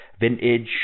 Vintage